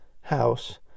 house